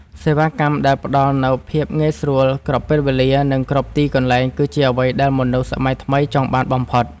សេវាកម្មដែលផ្ដល់នូវភាពងាយស្រួលគ្រប់ពេលវេលា និងគ្រប់ទីកន្លែង គឺជាអ្វីដែលមនុស្សសម័យថ្មីចង់បានបំផុត។